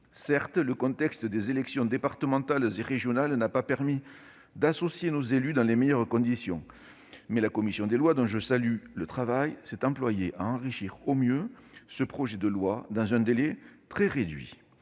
Certes, le contexte des élections départementales et régionales n'a pas permis d'associer nos élus dans les meilleures conditions, mais la commission des lois, dont je salue le travail, s'est employée à enrichir au mieux ce projet de loi dans un délai très réduit.